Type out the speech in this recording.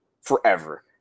forever